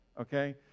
Okay